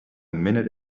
minute